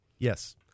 Yes